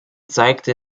zeigte